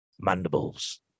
mandibles